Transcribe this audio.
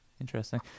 interesting